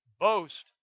boast